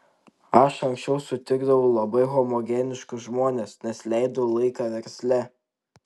aš anksčiau sutikdavau labai homogeniškus žmones nes leidau laiką versle